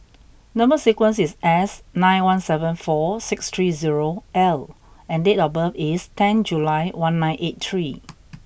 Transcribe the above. number sequence is S nine one seven four six three zero L and date of birth is ten July one nine eight three